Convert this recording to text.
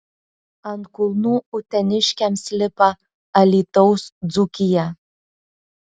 ant kulnų uteniškiams lipa alytaus dzūkija